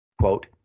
quote